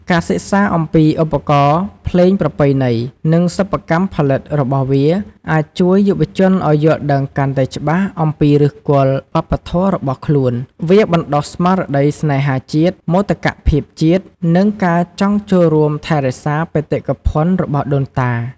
ការសិក្សាអំពីឧបករណ៍ភ្លេងប្រពៃណី និងសិប្បកម្មផលិតរបស់វា អាចជួយយុវជនឱ្យយល់ដឹងកាន់តែច្បាស់អំពីឫសគល់វប្បធម៌របស់ខ្លួន វាបណ្តុះស្មារតីស្នេហាជាតិ មោទកភាពជាតិ និងការចង់ចូលរួមថែរក្សាបេតិកភណ្ឌរបស់ដូនតា។